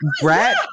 Brett